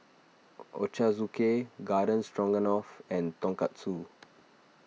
Ochazuke Garden Stroganoff and Tonkatsu